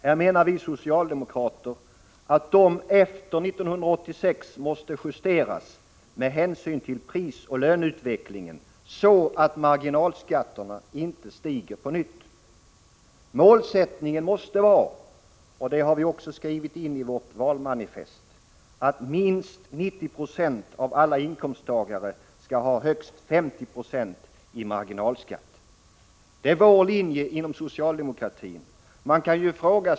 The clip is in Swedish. Här menar vi socialdemokrater att dessa efter 1986 måste justeras med hänsyn till prisoch löneutveck lingen, så att marginalskatterna inte stiger på nytt. Målsättningen måste vara — det har vi också skrivit in i vårt valmanifest — att minst 90 20 av alla inkomsttagare skall ha högst 50 26 i marginalskatt. Detta är vår linje inom socialdemokratin.